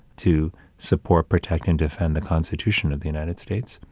to support, protect, and defend the constitution of the united states.